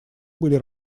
были